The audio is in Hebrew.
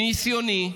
מניסיוני,